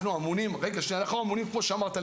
כמו שאמרת,